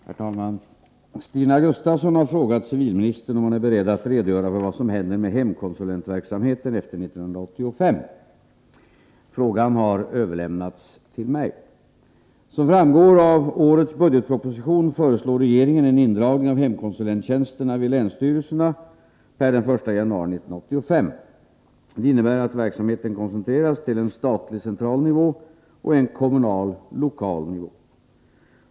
Herr talman! Stina Gustavsson har frågat civilministern om han är beredd att redogöra för vad som händer med hemkonsulentverksamheten efter 1985. Frågan har överlämnats till mig. Som framgår av årets budgetproposition föreslår regeringen en indragning av hemkonsulenttjänsterna vid länsstyrelserna per den 1 januari 1985. Det innebär att verksamheten koncentreras till en statlig, central nivå och en kommunal, lokal nivå.